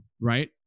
right